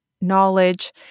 knowledge